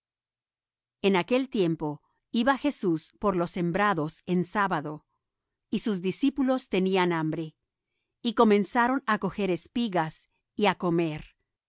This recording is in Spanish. en aquel tiempo iba jesús por los sembrados en sábado y sus discípulos tenían hambre y comenzaron á coger espigas y á comer